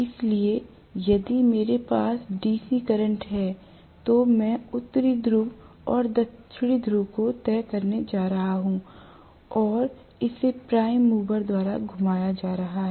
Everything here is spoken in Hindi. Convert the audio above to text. इसलिए यदि मेरे पास डीसी करंट है तो मैं उत्तरी ध्रुव और दक्षिणी ध्रुव को तय करने जा रहा हूं और इसे प्राइम मूवर द्वारा घुमाया जा रहा है